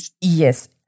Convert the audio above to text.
Yes